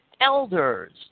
elders